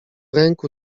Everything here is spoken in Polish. ręku